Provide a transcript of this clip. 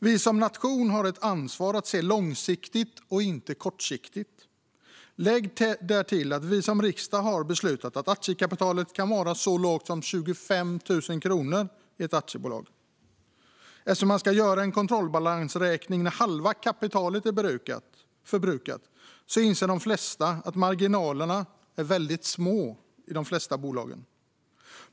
Vi som nation har ett ansvar att se långsiktigt och inte kortsiktigt. Lägg därtill att riksdagen har beslutat att aktiekapitalet kan vara så lågt som 25 000 kronor i ett aktiebolag. Eftersom man ska göra en kontrollbalansräkning när halva kapitalet är förbrukat inser de flesta att marginalerna är väldigt små i de flesta bolag.